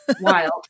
wild